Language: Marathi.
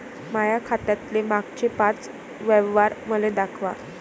माया खात्यातले मागचे पाच व्यवहार मले दाखवा